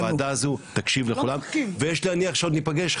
הוועדה הזו תקשיב לכולם ויש להניח שעוד נפגש,